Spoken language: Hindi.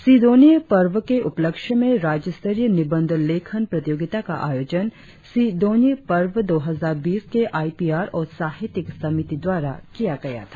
सी दोन्यी पर्व के उपलक्ष्य में राज्य स्तरीय निबंध लेखन प्रतियोगिता का आयोजन सी दोन्यी पर्व दो हजार बीस के आई पी आर और साहित्यिक समिति द्वारा किया गया था